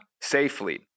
safely